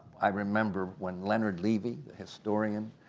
i remember when leonard levy, the historian,